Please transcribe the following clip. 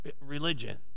religion